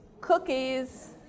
cookies